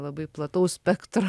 labai plataus spektro